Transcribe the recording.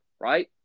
right